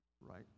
Right